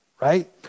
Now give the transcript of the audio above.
right